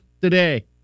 Today